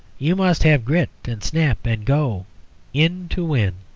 you must have grit and snap and go in to win.